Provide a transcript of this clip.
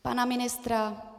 Pana ministra?